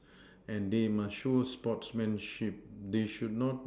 and they must show sportsmanship they should not